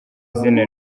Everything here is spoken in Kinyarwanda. izina